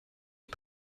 die